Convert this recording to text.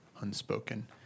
unspoken